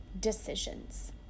decisions